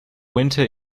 winter